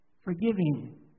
forgiving